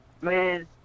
man